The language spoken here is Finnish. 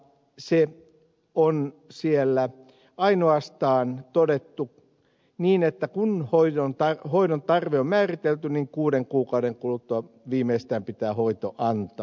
siellä on ainoastaan todettu että kun hoidon tarve on määritelty niin kuuden kuukauden kuluttua viimeistään pitää hoito antaa